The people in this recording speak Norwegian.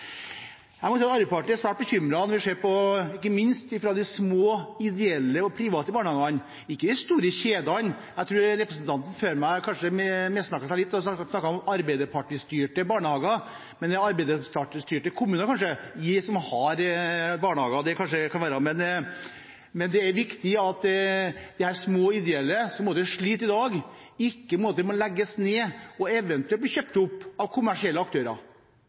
Arbeiderpartiet er svært bekymret når vi ser på ikke minst de små ideelle og private barnehagene, ikke de store kjedene. Jeg tror representanten før meg kanskje missnakket seg litt da hun snakket om Arbeiderparti-styrte barnehager, det kan kanskje være Arbeiderparti-styrte kommuner som har barnehager. Det er viktig at de små ideelle som sliter i dag, ikke må legges ned og eventuelt bli kjøpt opp av kommersielle aktører.